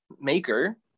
maker